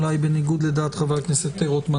אולי בניגוד לדעת חבר הכנסת רוטמן.